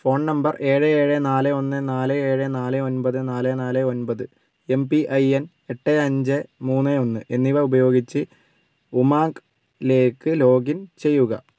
phone number ഏഴ് ഏഴ് നാല് ഒന്ന് നാല് ഏഴ് നാല് ഒമ്പത് നാല് നാല് ഒമ്പത് എംപിഐഎൻ എട്ട് അഞ്ച് മൂന്ന് ഒന്ന് എന്നിവ ഉപയോഗിച്ച് ഉമ്ങ്ലേക്ക് ലോഗിൻ ചെയ്യുക